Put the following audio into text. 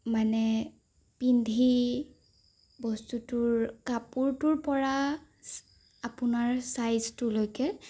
মানে পিন্ধি বস্তুটোৰ কাপোৰটোৰ পৰা আপোনাৰ চাইজটোলৈকে